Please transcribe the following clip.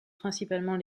principalement